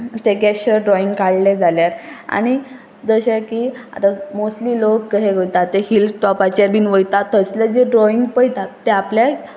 ते gesture drawing काडलें जाल्यार आनी जशें की आतां मोस्टली लोक कशे करता ते हिल्स टॉपाचेर बीन वयता थंयसले जे ड्रॉइंग पळयता ते आपल्याक